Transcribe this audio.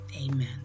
Amen